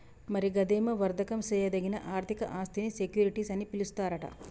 మరి గదేమో వర్దకం సేయదగిన ఆర్థిక ఆస్థినీ సెక్యూరిటీస్ అని పిలుస్తారట